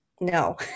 no